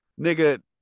nigga